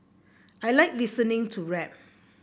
I like listening to rap